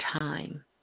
time